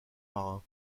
marins